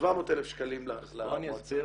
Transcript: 700,000 שקלים למועצה.